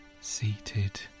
Seated